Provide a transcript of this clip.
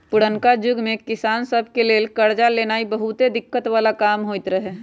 पुरनका जुग में किसान सभ के लेल करजा लेनाइ बहुते दिक्कत् बला काम होइत रहै